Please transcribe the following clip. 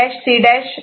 D14 ABCD